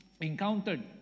encountered